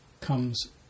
comes